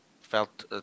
felt